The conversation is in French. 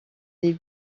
des